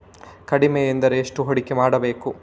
ಕಡಿಮೆ ಎಂದರೆ ಎಷ್ಟು ಹೂಡಿಕೆ ಮಾಡಬೇಕು?